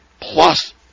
plus